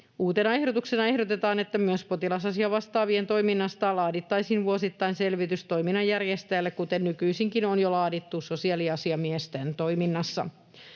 Uutena ehdotuksena ehdotetaan, että myös potilasasiavastaavien toiminnasta laadittaisiin vuosittain selvitys toiminnan järjestäjälle, kuten nykyisinkin on jo laadittu sosiaaliasiamiesten toiminnassa.